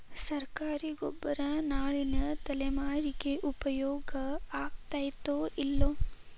ಸರ್ಕಾರಿ ಗೊಬ್ಬರ ನಾಳಿನ ತಲೆಮಾರಿಗೆ ಉಪಯೋಗ ಆಗತೈತೋ, ಇಲ್ಲೋ?